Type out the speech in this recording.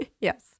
yes